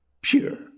pure